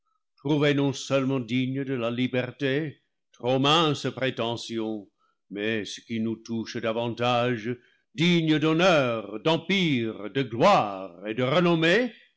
trouvés non-seulement dignes de la liberté trop mince prétention mais ce qui nous touche davantage dignes d'honneur d'empire de gloire et de renommée